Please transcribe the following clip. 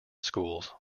schools